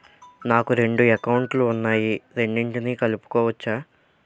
నాకు రెండు అకౌంట్ లు ఉన్నాయి రెండిటినీ కలుపుకోవచ్చా?